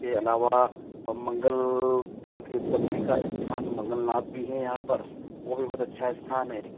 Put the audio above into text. उसके अलावा मंगल ग्रह की उत्पत्ति का स्थान मंगलनाथ भी है यहाँ पर वो भी बहुत अच्छा स्थान है